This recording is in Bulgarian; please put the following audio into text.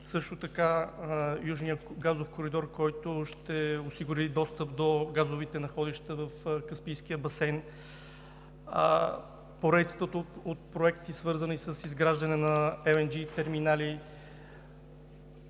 също така южния газов коридор, който ще осигури достъп до газовите находища в Каспийския басейн, поредицата от проекти, свързани с изграждане на ЕлЕнДжи терминали.